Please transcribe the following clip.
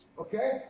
Okay